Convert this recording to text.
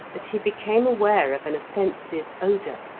but he became aware of an offensive odour.